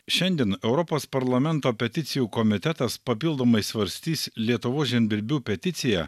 šiandien europos parlamento peticijų komitetas papildomai svarstys lietuvos žemdirbių peticiją